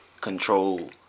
control